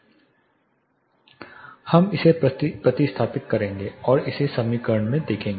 Directivity Index10 log10Qθ हम इसे प्रतिस्थापित करेंगे और इसे समीकरण में देखेंगे